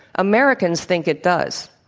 americans think it does.